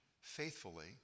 faithfully